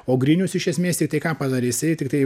o grinius iš esmės tiktai ką padarė jisai tiktai